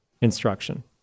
instruction